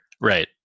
Right